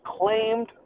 claimed